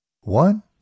One